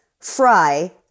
fry